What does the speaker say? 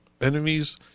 enemies